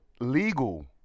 legal